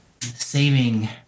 saving